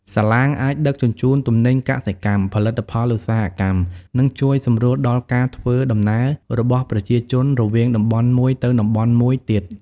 សាឡាងអាចដឹកជញ្ជូនទំនិញកសិកម្ម ផលិតផលឧស្សាហកម្ម និងជួយសម្រួលដល់ការធ្វើដំណើររបស់ប្រជាជនរវាងតំបន់មួយទៅតំបន់មួយទៀត។